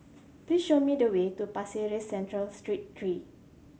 please show me the way to Pasir Ris Central Street three